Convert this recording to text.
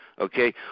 okay